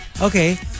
okay